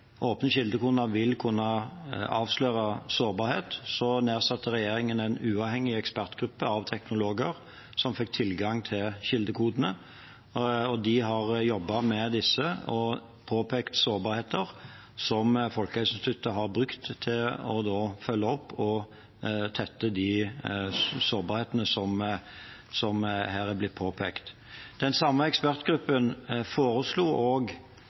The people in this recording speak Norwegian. åpne kildekoder vil kunne avsløre sårbarhet, nedsatte regjeringen en uavhengig ekspertgruppe av teknologer, som fikk tilgang til kildekodene. De har jobbet med disse og påpekt sårbarheter som Folkehelseinstituttet da har brukt til å følge opp og tette de sårbarhetene som her er blitt påpekt. Den samme ekspertgruppen foreslo